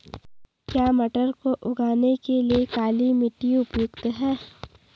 क्या मटर को उगाने के लिए काली मिट्टी उपयुक्त है?